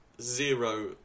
zero